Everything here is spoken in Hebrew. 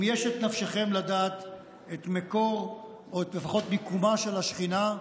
אם יש את נפשכם לדעת את מקורה או לפחות את מיקומה של השכינה,